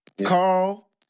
Carl